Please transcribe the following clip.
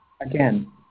Again